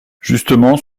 justement